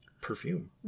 perfume